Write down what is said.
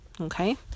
okay